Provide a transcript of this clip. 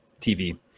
TV